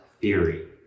theory